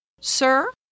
Sir